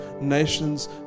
nations